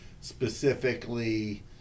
specifically